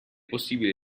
possibile